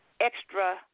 extra